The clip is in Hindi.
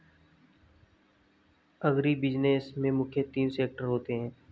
अग्रीबिज़नेस में मुख्य तीन सेक्टर होते है